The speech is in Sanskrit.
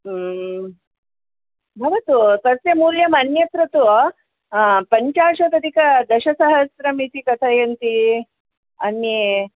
भवतु तस्य मूल्यम् अन्यत्र तु पञ्चशतधिकदशसहस्रम् इति कथयन्ति अन्ये